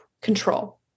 control